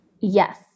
Yes